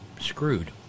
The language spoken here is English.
screwed